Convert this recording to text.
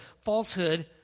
falsehood